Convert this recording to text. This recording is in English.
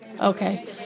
Okay